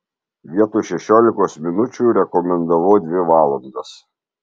vietoj šešiolikos minučių rekomendavau dvi valandas